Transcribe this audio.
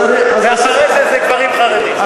ואחרי זה, גברים חרדים.